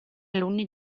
alunni